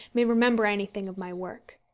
may remember anything of my work.